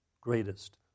greatest